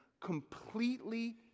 completely